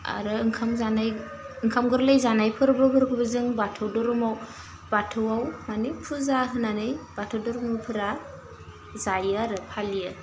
आरो ओंखाम जानाय ओंखाम गोरलै जानाय फोरबोफोरखौबो जों बाथौ दोरोमाव बाथौवाव मानि फुजा होनानै बाथौ दोरोमफोरा जायो आरो फालियो